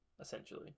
essentially